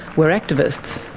were activists.